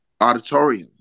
auditorium